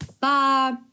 Bye